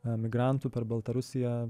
emigrantų per baltarusiją